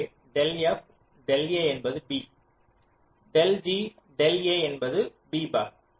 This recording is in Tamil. எனவே டெல் f டெல் a என்பது b del g del a என்பது b பார்